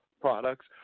products